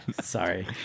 Sorry